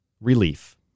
relief